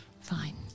Fine